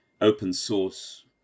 open-source